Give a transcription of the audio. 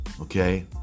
Okay